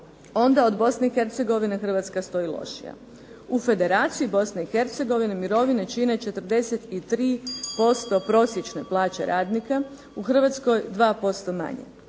onda od BiH Hrvatska stoji lošije. U Federaciji BiH mirovine čine 43% prosječne plaće radnika, u Hrvatskoj 2% manje.